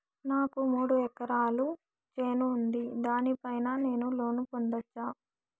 నాకు మూడు ఎకరాలు చేను ఉంది, దాని పైన నేను లోను పొందొచ్చా?